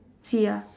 see you